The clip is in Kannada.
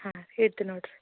ಹಾಂ ಇಡ್ತಿನಿ ನೋಡಿರಿ